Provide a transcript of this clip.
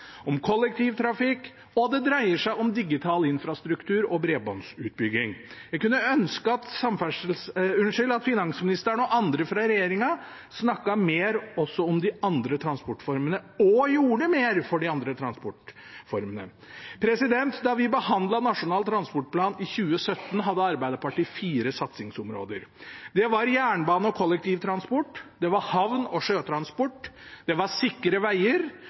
om jernbane, om flyplasser og luftfart, om kollektivtrafikk, og det dreier seg om digital infrastruktur og bredbåndsutbygging. Jeg kunne ønske at finansministeren og andre fra regjeringen snakket mer om de andre transportformene og gjorde mer for de andre transportformene. Da vi behandlet Nasjonal transportplan i 2017, hadde Arbeiderpartiet fire satsingsområder. Det var jernbane og kollektivtransport, det var havner og sjøtransport, det var sikre